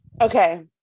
okay